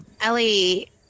Ellie